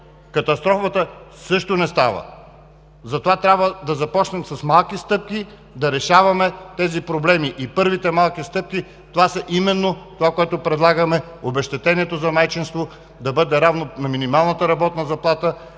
катастрофата“, също не става. Затова трябва да започнем с малки стъпки да решаваме тези проблеми и първите малки стъпки са имено това, което предлагаме – обезщетението за майчинство да бъде равно на минималната работна заплата,